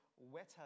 wetter